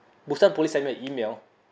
busan police sent me an email